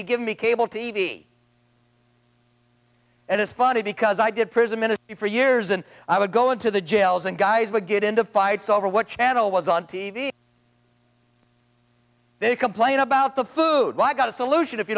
be give me cable t v and it's funny because i did prison minute for years and i would go into the jails and guys would get into fights over what channel was on t v they complain about the food i got a solution if you